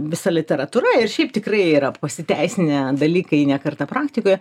visa literatūra ir šiaip tikrai yra pasiteisinę dalykai ne kartą praktikoje